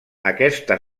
aquesta